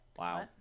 Wow